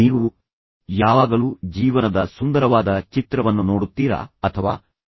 ನೀವು ಯಾವಾಗಲೂ ಜೀವನದ ಸುಂದರವಾದ ಚಿತ್ರವನ್ನು ನೋಡುತ್ತೀರಾ ಅಥವಾ ಯಾವಾಗಲೂ ನೀರಸ ಕ್ರೆಯೆಯನ್ನು ನೋಡುತ್ತೀರಾ